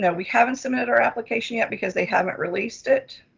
yeah we haven't submitted our application yet because they haven't released it.